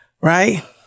Right